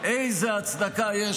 איזו הצדקה יש,